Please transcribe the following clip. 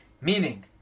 meaning